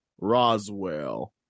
Roswell